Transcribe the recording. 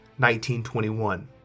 1921